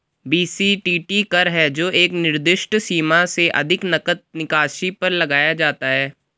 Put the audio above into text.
BCTT कर है जो एक निर्दिष्ट सीमा से अधिक नकद निकासी पर लगाया जाता है